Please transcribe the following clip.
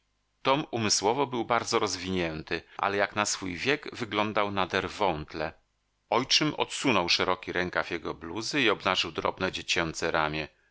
tom umysłowo był bardzo rozwinięty ale jak na swój wiek wyglądał nader wątle ojczym odsunął szeroki rękaw jego bluzy i obnażył drobne dziecięce ramię